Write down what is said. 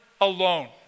alone